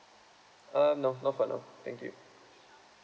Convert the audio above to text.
uh no not for now thank you